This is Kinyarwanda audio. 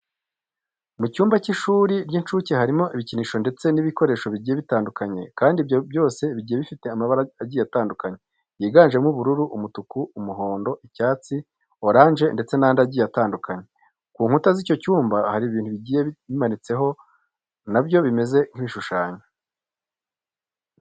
Mu cyumba cy'ishuri ry'inshuke harimo ibikinisho ndetse n'ibikoresho bigiye bitandukanye kandi ibyo byose bigiye bifite amabara agiye atandukanye yiganjemo ubururu, umutuku, umuhondo, icyatsi, oranje ndetse n'andi agiye atandukanye. Ku nkuta z'icyo cyumba hariho ibintu bigiye bimanitseho na byo bimeze nk'ibishushanyo.